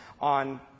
on